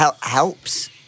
helps